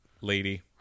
lady